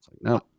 no